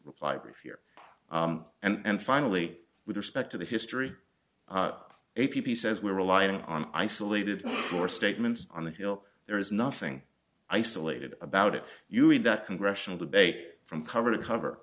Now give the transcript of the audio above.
reply brief here and finally with respect to the history a p says we're relying on isolated or statements on the hill there is nothing isolated about it you read that congressional debate from cover to cover